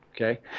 okay